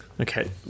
Okay